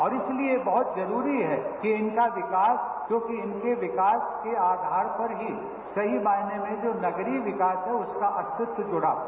और इसलिए बहुत जरूरी है कि इनका विकास क्योंकि इनके विकास के आधार पर ही सही मायने में जो नगरीय विकास है उसका अस्तित्व जड़ा है